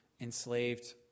enslaved